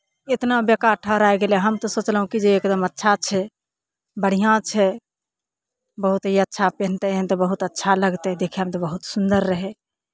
एतना बेकार ठहराय गेलै हम तऽ सोचलहुँ कि जे एकदम अच्छा छै बढ़िआँ छै बहुत ही अच्छा पेन्हतै एहन तऽ बहुत अच्छा लगतै देखयमे तऽ बहुत सुन्दर रहय